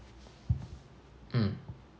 mm